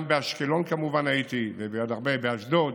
גם באשקלון כמובן הייתי, באשדוד,